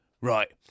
Right